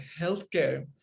healthcare